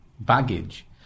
baggage